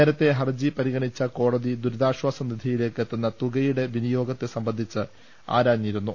നേരത്തെ ഹർജി പരിഗണിച്ച കോടതി ദുരിതാശ്ചാസ നിധിയിലേക്ക് എത്തുന്ന തുകയുടെ വിനിയോഗത്തെ സംബന്ധിച്ച് ആരാഞ്ഞിരുന്നു